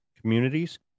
communities